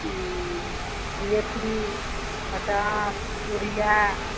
potash urea